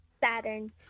Saturn